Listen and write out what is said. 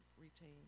retain